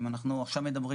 למשל,